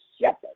shepherd